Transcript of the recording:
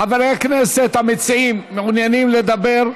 חברי הכנסת המציעים מעוניינים לדבר?